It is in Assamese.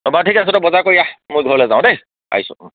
অঁ বাৰু ঠিক আছে তই বজাৰ কৰি আহ মই ঘৰলে যাওঁ দেই আহিছোঁঁ অঁ